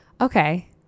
Okay